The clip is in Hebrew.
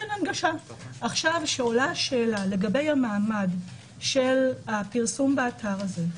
עכשיו כשעולה שאלה לגבי המעמד של הפרסום באתר הזה,